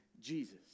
Jesus